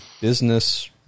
Business